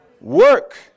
Work